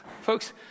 Folks